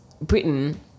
Britain